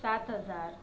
सात हजार